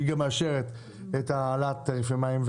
גם זו שמאשרת את העלאת תעריפי המים.